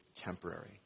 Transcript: temporary